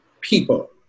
people